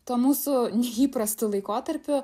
tuo mūsų įprastu laikotarpiu